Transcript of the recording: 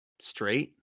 straight